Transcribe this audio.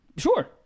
sure